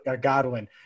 Godwin